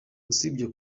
usibye